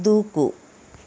దూకు